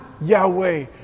Yahweh